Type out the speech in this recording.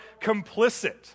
complicit